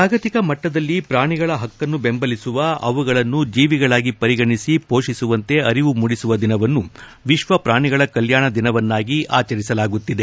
ಜಾಗತಿಕ ಮಟ್ಟದಲ್ಲಿ ಪ್ರಾಣಿಗಳ ಹಕ್ಕನ್ನು ಬೆಂಬಲಿಸುವ ಅವುಗಳನ್ನು ಜೀವಿಗಳಾಗಿ ಪರಿಗಣಿಸಿ ಹೋಷಿಸುವಂತೆ ಅರಿವು ಮೂಡಿಸುವ ದಿನವನ್ನು ವಿಶ್ವ ಪ್ರಾಣಿಗಳ ಕಲ್ಯಾಣ ದಿನವನ್ನಾಗಿ ಆಚರಿಸಲಾಗುತ್ತಿದೆ